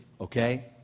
okay